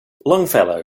longfellow